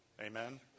Amen